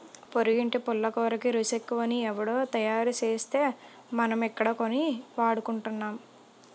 పొరిగింటి పుల్లకూరకి రుసెక్కువని ఎవుడో తయారుసేస్తే మనమిక్కడ కొని వాడుకుంటున్నాం